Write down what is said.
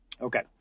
Okay